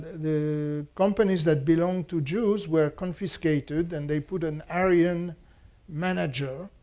the companies that belonged to jews were confiscated. and they put an aryan manager.